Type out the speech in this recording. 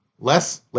less